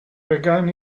began